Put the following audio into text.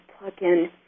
plug-in